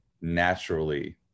naturally